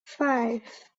five